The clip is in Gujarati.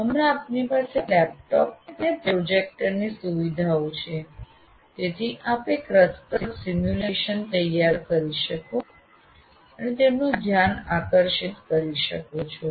હમણાં આપની પાસે લેપટોપ અને પ્રોજેક્ટરની સુવિધા છે અને તેથી આપ એક રસપ્રદ સિમ્યુલેશન તૈયાર કરી શકો છો અને તેમનું ધ્યાન આકર્ષિત કરી શકો છો